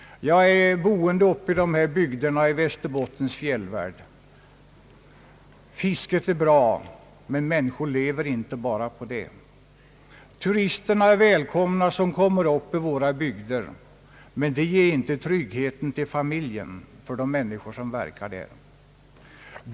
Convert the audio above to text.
Jag bor uppe i dessa bygder i Västerbottens fjällvärld. Fisket är bra, men människor lever inte bara på det. Turisterna är välkomna i våra bygder, men de ger inte ekonomisk trygghet för de människor som verkar där.